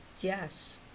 Yes